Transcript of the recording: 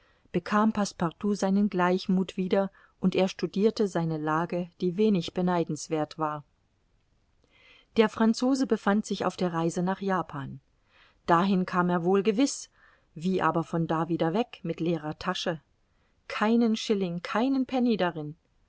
bekam passepartout seinen gleichmuth wieder und er studirte seine lage die wenig beneidenswerth war der franzose befand sich auf der reise nach japan dahin kam er wohl gewiß wie aber von da wieder weg mit leerer tasche keinen shilling keinen penny darin